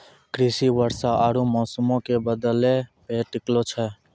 कृषि वर्षा आरु मौसमो के बदलै पे टिकलो छै